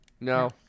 No